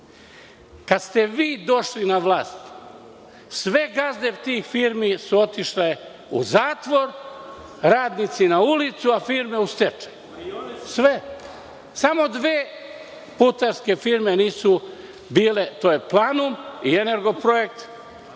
Kada ste vi došli na vlast, sve gazde tih firmi su otišle u zatvor, radnici na ulicu, a firme u stečaj. Samo dve putarske firme nisu, to su „Planum“ i „Energoprojekt“